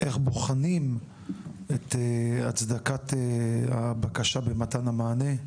איך בוחנים את הצדקת הבקשה במתן המענה?